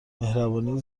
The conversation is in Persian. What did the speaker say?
مهربانی